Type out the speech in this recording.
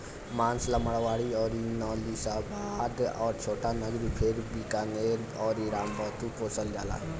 मांस ला मारवाड़ी अउर नालीशबाबाद आ छोटानगरी फेर बीकानेरी आ रामबुतु के पोसल जाला